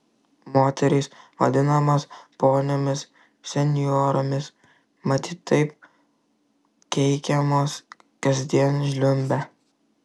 moterys vadinamos poniomis senjoromis matyt taip keikiamos kasdien žliumbia